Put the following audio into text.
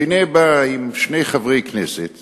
והנה, באים שני חברי כנסת